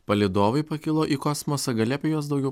palydovai pakilo į kosmosą gali apie juos daugiau